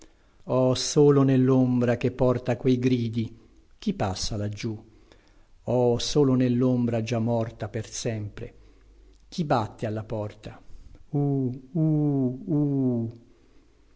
oh solo nellombra che porta quei gridi chi passa laggiù ohl solo nellombra già morta per sempre chi batte alla porta